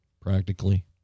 practically